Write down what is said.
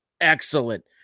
excellent